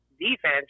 defense